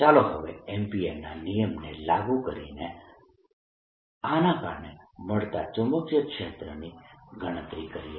ચાલો હવે એમ્પીયરના નિયમને લાગુ કરીને આના કારણે મળતા ચુંબકીય ક્ષેત્રની ગણતરી કરીએ